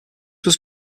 was